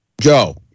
Joe